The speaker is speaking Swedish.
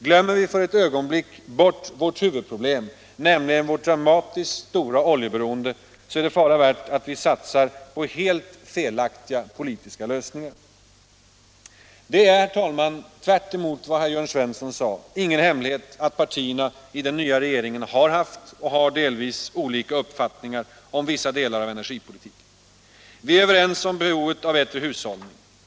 Glömmer vi för ett ögonblick bort vårt huvudproblem, nämligen vårt dramatiskt stora oljeberoende, så är det fara värt att vi satsar på helt felaktiga politiska lösningar. Det är — tvärtemot vad herr Jörn Svensson sade — ingen hemlighet att partierna i den nya regeringen har haft och har delvis olika uppfattningar om vissa delar av energipolitiken. Vi är överens om behovet av bättre hushållning.